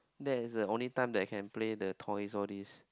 that is the only time that I can play the toys all this